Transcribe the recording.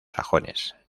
sajones